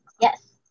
Yes